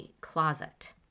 closet